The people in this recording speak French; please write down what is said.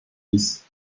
lisses